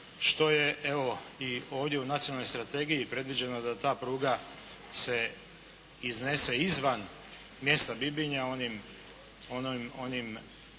što je evo i u nacionalnoj strategiji predviđeno da ta pruga se iznese izvan mjesta Bibinja onim